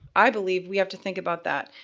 i believe we have to think about that.